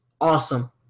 awesome